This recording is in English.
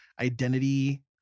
identity